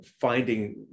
finding